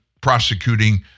prosecuting